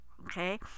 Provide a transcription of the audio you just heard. Okay